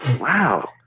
Wow